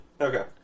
Okay